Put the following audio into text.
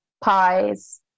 pies